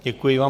Děkuji vám.